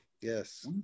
yes